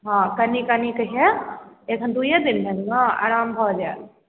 हँ कनी कनी कऽ है एखन दूइये दिन भेल ने आराम भऽ जायत